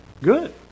Good